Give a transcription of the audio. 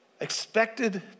expected